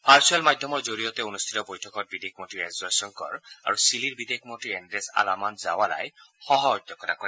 virtual মাধ্যমৰ জৰিয়তে অনুষ্ঠিত বৈঠকত বিদেশ মন্নী এছ জয়শংকৰ আৰু চিলিৰ বিদেশ মন্ত্ৰী এণ্ডেছ আলামান্দ জাৱালাই সহ অধ্যক্ষতা কৰে